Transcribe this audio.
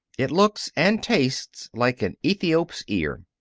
it looks and tastes like an ethiop's ear.